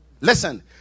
Listen